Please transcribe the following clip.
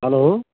hello